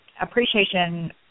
appreciation